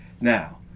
Now